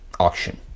Auction